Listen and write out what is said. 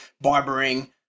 barbering